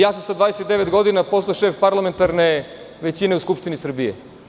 Ja sam sa 29 godina postao šef parlamentarne većine u Skupštini Srbije.